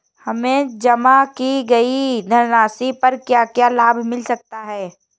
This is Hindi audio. हमें जमा की गई धनराशि पर क्या क्या लाभ मिल सकता है?